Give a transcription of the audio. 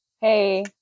hey